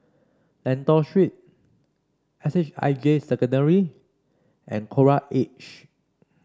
Lentor Street S H I J Secondary and Coral Edge